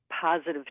positive